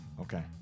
Okay